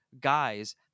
guys